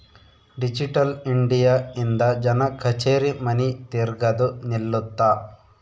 digital India ಇಂದ ಜನ ಕಛೇರಿ ಮನಿ ತಿರ್ಗದು ನಿಲ್ಲುತ್ತ